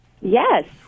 Yes